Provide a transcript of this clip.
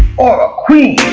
or a queen.